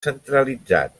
centralitzat